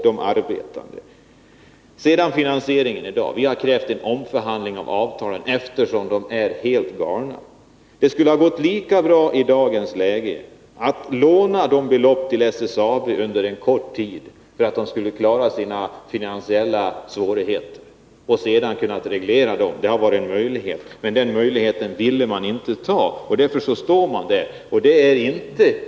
Sedan till finansieringen. Vi har krävt en omförhandling av avtalen, eftersom de är helt felaktiga. I dagens läge skulle det ha gått lika bra att under en kort tid låna SSAB de belopp som erfordras för att klara av de finansiella svårigheterna. Lånen hade sedan kunnat regleras. Det hade varit en möjlighet, men den möjligheten ville man inte begagna sig av.